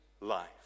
life